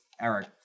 Eric